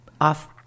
off